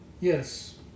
Yes